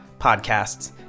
podcasts